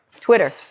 Twitter